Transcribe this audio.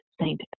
Saint